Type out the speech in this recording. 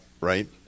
right